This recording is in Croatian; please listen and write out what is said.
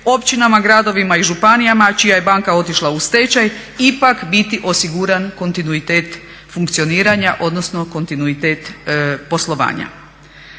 općinama, gradovima i županijama čija je banka otišla u stečaj ipak biti osiguran kontinuitet funkcioniranja, odnosno kontinuitet poslovanja.